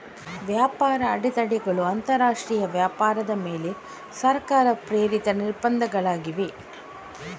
ವ್ಯಾಪಾರ ಅಡೆತಡೆಗಳು ಅಂತರಾಷ್ಟ್ರೀಯ ವ್ಯಾಪಾರದ ಮೇಲೆ ಸರ್ಕಾರ ಪ್ರೇರಿತ ನಿರ್ಬಂಧಗಳಾಗಿವೆ